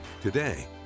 Today